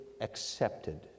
accepted